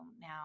now